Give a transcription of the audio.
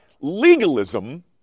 Legalism